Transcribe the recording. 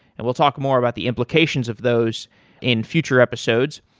and we'll talk more about the implications of those in future episodes.